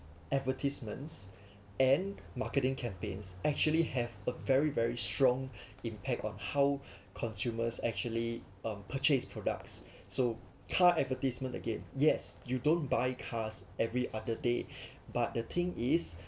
advertisements and marketing campaigns actually have a very very strong impact on how consumers actually um purchase products so car advertisement again yes you don't buy cars every other day but the thing is